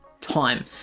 Time